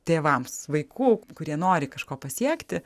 tėvams vaikų kurie nori kažko pasiekti